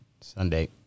Sunday